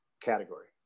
category